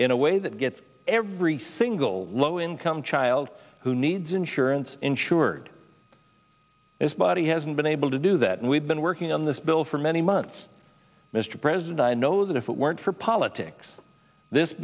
in a way that gets every single low income child who needs insurance insured as body hasn't been able to do that and we've been working on this bill for many months mr president i know that if it weren't for politics this